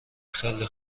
خیلی